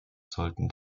sollten